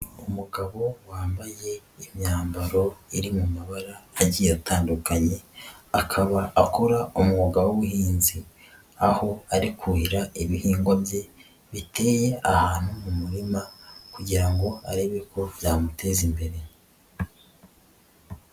Umugabo wambaye imyambaro iri mu mabara agiye atandukanye, akaba akora umwuga w'ubuhinzi, aho ari kuhira ibihingwa bye biteye ahantu mu murima kugira ngo arebe ko byamutera imbere.